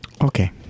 Okay